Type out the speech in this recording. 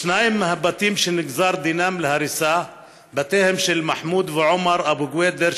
שניים מהבתים שנגזר דינם להריסה מהם בתיהם של מחמוד ועומר אבו-קוידר,